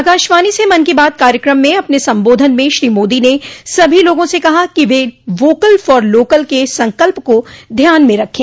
आकाशवाणी से मन की बात कार्यक्रम में अपने सम्बोधन में श्री मोदी ने सभी लोगों से कहा कि वे वोकल फॉर लोकल क संकल्प को ध्यान में रखें